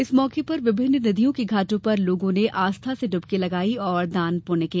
इस मौके पर विभिन्न नदियों के घाटों पर लोगों आस्था से डुबकी लगाई और दान पुण्य किया